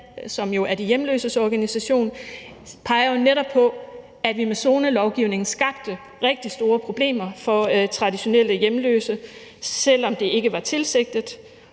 som er de hjemløses organisation, peger jo netop på, at vi med zonelovgivningen skabte rigtig store problemer for traditionelle hjemløse, selv om det ikke var tilsigtet,